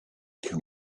can